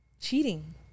Cheating